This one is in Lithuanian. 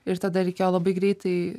ir tada reikėjo labai greitai